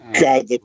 God